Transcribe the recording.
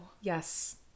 Yes